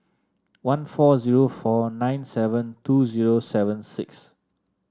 one four zero four nine seven two zero seven six